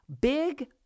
big